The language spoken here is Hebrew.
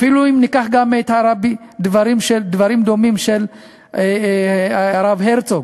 אפילו ניקח גם דברים דומים של הרב הרצוג,